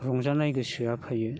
रंजानाय गोसोआ फैयो